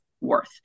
worth